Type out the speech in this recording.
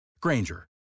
Granger